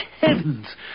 heavens